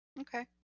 Okay